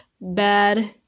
bad